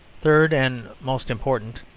third, and most important,